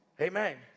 Amen